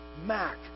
Mac